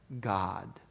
God